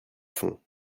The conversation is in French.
font